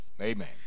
Amen